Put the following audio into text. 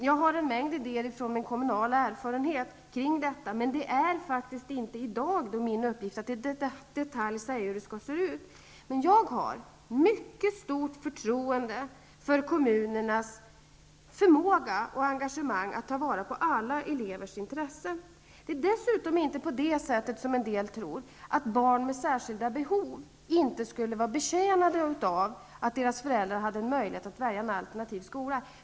Jag har en mängd idéer kring detta utifrån min kommunala erfarenhet, men det är i dag inte min uppgift att säga hur det skall se ut i detalj. Jag har mycket stort förtroende för kommunernas förmåga och engagemang när det gäller att ta vara på alla elevers intresse. Det är dessutom inte, som en del tror, så att barn med särskilda behov inte skulle vara betjänta av att deras föräldrar har en möjlighet att välja en alternativ skola.